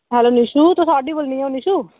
hello Nishu तुस audible निं ओ निशु